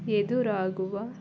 ಎದುರಾಗುವ